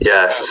Yes